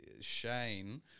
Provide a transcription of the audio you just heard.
Shane